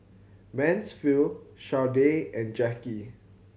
Mansfield Sharday and Jacki